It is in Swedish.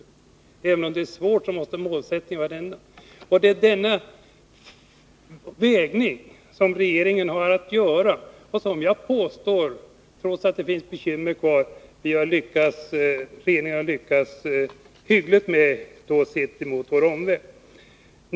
Även om det är svårt måste målsättningen vara den. Det är den avvägningen som regeringen har att göra. Trots att det finns bekymmer kvar påstår jag att regeringen har lyckats hyggligt mot bakgrund av hur det ser ut i vår omvärld.